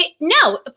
No